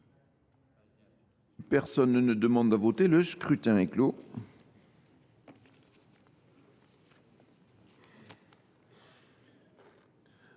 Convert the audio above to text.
Personne ne demande plus à voter ?… Le scrutin est clos.